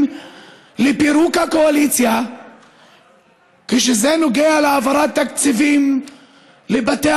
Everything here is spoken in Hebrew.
לפירוק הקואליציה כשזה נוגע להעברת תקציבים לבתי